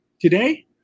today